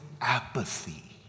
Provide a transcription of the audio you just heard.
apathy